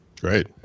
Great